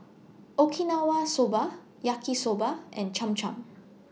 Okinawa Soba Yaki Soba and Cham Cham